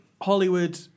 Hollywood